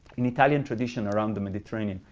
an italian tradition around the mediterranean.